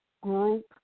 group